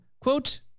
quote